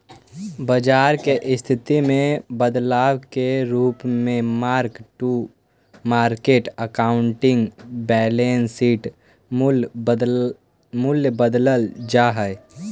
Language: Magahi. बाजार के स्थिति में बदलाव के रूप में mark to market accounting balance sheet पर मूल्य बदलल जा हई